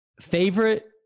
Favorite